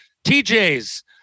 tj's